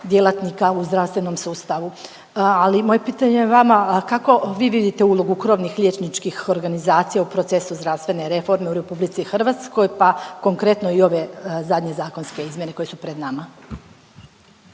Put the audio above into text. djelatnika u zdravstvenom sustavu. Ali moje pitanje vama, a kako vi vidite ulogu krovnih liječničkih organizacija u procesu zdravstvene reforme u RH, pa konkretno i ove zadnje zakonske izmjene koje su pred nama?